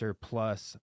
plus